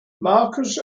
markers